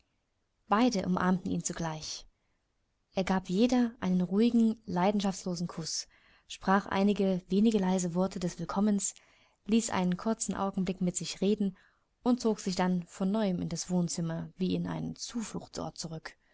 beide umarmten ihn zugleich er gab jeder einen ruhigen leidenschaftslosen kuß sprach einige wenige leise worte des willkommens ließ einen kurzen augenblick mit sich reden und zog sich dann von neuem in das wohnzimmer wie in einen zufluchtsort zurück